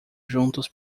juntos